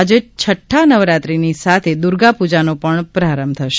આજે છઠ્ઠા નવરાત્રિની સાથે દુર્ગાપૂજાનો પણ પ્રારંભ થશે